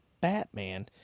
Batman